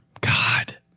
God